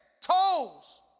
toes